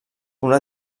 una